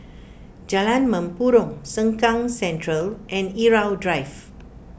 Jalan Mempurong Sengkang Central and Irau Drive